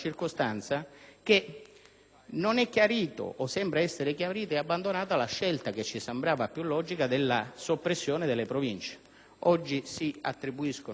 non è chiarita (o sembra essere chiarita e abbandonata) la scelta, che ci appariva più logica, della soppressione delle Province. Invece oggi si attribuiscono alle Province una serie di